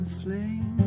flame